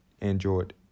enjoyed